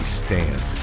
stand